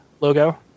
logo